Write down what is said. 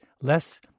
Less